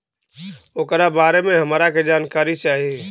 ओकरा बारे मे हमरा के जानकारी चाही?